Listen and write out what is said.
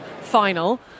final